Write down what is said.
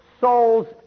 souls